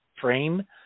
frame